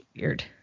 weird